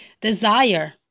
desire